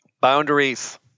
Boundaries